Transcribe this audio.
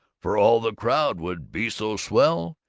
for all the crowd would be so swell,